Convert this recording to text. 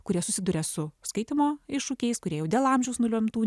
kurie susiduria su skaitymo iššūkiais kurie jau dėl amžiaus nulemtų